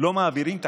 לא מעבירים תקציב,